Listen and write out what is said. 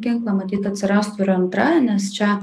ginklą matyt atsirastų ir antra nes čia